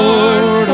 Lord